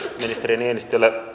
ministeri niinistölle